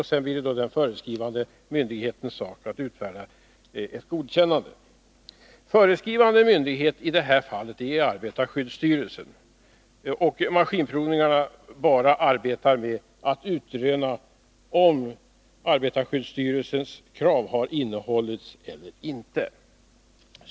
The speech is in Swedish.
Sedan blir det den föreskrivande myndighetens sak att utfärda godkännande. Föreskrivande myndighet är i detta fall arbetarskyddsstyrelsen. Maskinprovningarna arbetar bara med att utröna om arbetarskyddsstyrelsens krav har tillgodosetts eller inte.